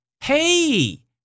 Hey